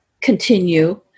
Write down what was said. continue